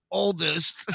oldest